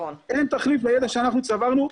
אין תחליף לידע שאנחנו צברנו.